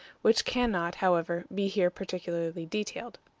which can not, however, be here particularly detailed.